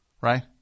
Right